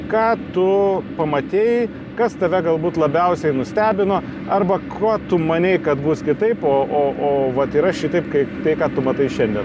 ką tu pamatei kas tave galbūt labiausiai nustebino arba kuo tu manei kad bus kitaip o o o vat yra šitaip kaip tai ką tu matai šiandien